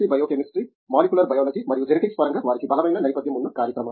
biochemistry molecular biology మరియు genetics పరంగా వారికి బలమైన నేపథ్యం ఉన్న కార్యక్రమాలు